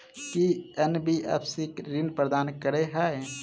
की NBFC ऋण प्रदान करे है?